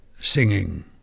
singing